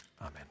Amen